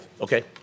Okay